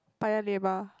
Paya-Lebar